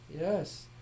Yes